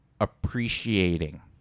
appreciating